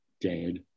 dead